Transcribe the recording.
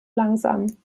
langsam